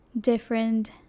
different